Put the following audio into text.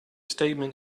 statement